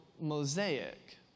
mosaic